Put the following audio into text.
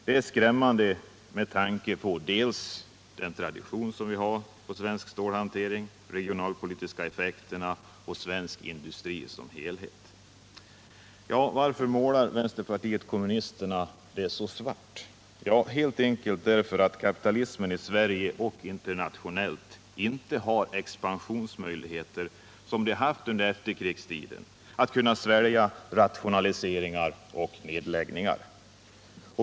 Detta är skrämmande, med tanke på dels den tradition vi har i svensk stålindustri, dels de regionalpolitiska effekterna för svensk industri som helhet. Varför målar vänsterpartiet kommunisterna det så svart? Jo, helt enkelt därför att kapitalismen i Sverige och internationellt inte har samma expansionsmöjligheter nu som den haft under efterkrigstiden då man kunnat klara rationaliseringar och nedläggningar.